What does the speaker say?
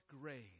grace